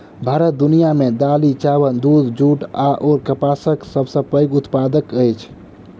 भारत दुनिया मे दालि, चाबल, दूध, जूट अऔर कपासक सबसे पैघ उत्पादक अछि